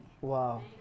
Wow